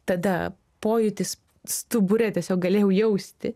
tada pojūtis stubure tiesiog galėjau jausti